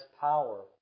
power